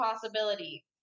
possibility